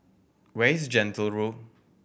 where is Gentle Road